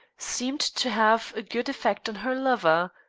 seemed to have a good effect on her lover.